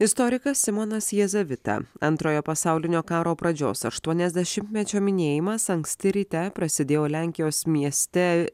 istorikas simonas jazavita antrojo pasaulinio karo pradžios aštuoniasdešimtmečio minėjimas anksti ryte prasidėjo lenkijos mieste